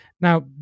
Now